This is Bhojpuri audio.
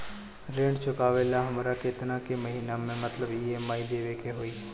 ऋण चुकावेला हमरा केतना के महीना मतलब ई.एम.आई देवे के होई?